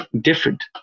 different